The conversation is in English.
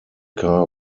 car